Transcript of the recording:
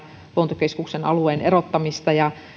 luontokeskuksen alueen erottamista